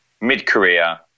mid-career